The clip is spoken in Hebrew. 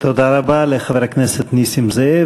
תודה רבה לחבר הכנסת נסים זאב,